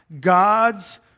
gods